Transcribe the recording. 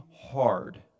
hard